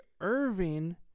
Irving